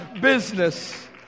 business